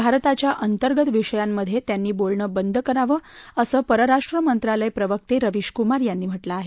भारताच्या अंतर्गत विषयांमध्ये त्यांनी बोलणं बंद करावं असं परराष्ट्र मंत्रालय प्रवक्ते रवीश कुमार यांनी म्हा कें आहे